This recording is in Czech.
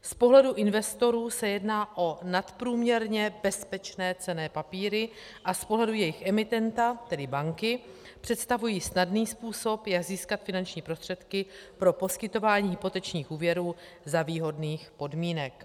Z pohledu investorů se jedná o nadprůměrně bezpečné cenné papíry a z pohledu jejich emitenta, tedy banky, představují snadný způsob, jak získat finanční prostředky pro poskytování hypotečních úvěrů za výhodných podmínek.